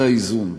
זה האיזון.